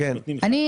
אותי